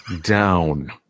down